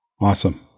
Awesome